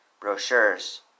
brochures